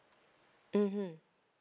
mmhmm